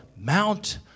mount